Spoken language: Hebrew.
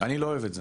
אני לא אוהב את זה,